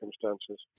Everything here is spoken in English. circumstances